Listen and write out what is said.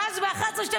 ואז ב-23:00,